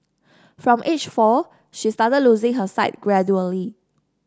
from age four she started losing her sight gradually